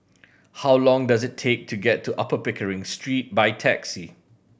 how long does it take to get to Upper Pickering Street by taxi